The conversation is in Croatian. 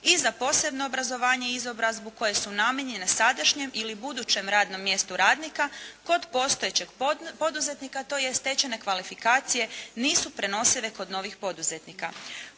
i za posebno obrazovanje i izobrazbu koje su namijenjene sadašnjem ili budućem radnom mjestu radnika kod postojećeg poduzetnika, tj. stečene kvalifikacije nisu prenosive kod novih poduzetnika.